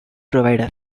provider